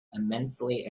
immensely